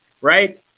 right